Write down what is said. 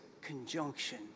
conjunction